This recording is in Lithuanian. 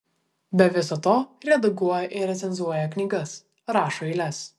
be viso to redaguoja ir recenzuoja knygas rašo eiles